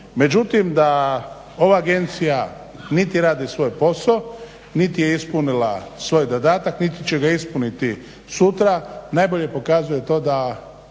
Međutim da ova agencija niti da radi svoj posao niti je ispunila svoj dodatak niti će ga ispuniti sutra, najbolje pokazuje to da